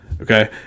Okay